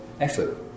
effort